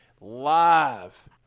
live